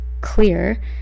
clear